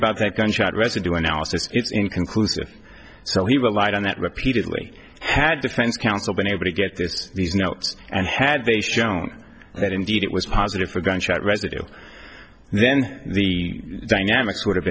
about that gunshot residue analysis it's inconclusive so he relied on that repeatedly had defense counsel been able to get this these notes and had they shown that indeed it was positive for gunshot residue then the dynamics would have